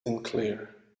unclear